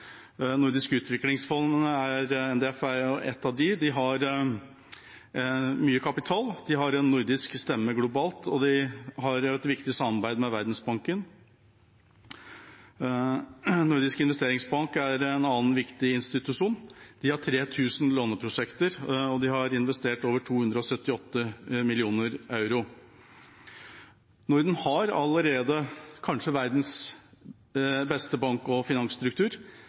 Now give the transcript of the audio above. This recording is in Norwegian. utviklingsfond, NDF, er ett av dem. De har mye kapital. De har en nordisk stemme globalt, og de har et viktig samarbeid med Verdensbanken. Den nordiske investeringsbanken er en viktig institusjon. De har 3 000 låneprosjekter, og de har investert over 278 mill. euro. Norden har allerede kanskje verdens beste bank- og finansstruktur.